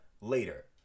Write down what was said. later